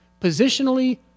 positionally